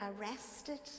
arrested